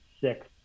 six